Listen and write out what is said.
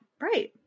Right